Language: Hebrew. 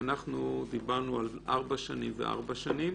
ואנחנו דיברנו על ארבע שנים וארבע שנים,